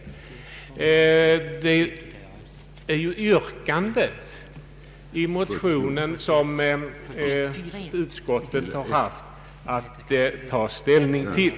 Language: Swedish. Det är detta yrkande i motionen som utskottet har haft att ta ställning till.